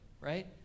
right